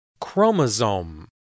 Chromosome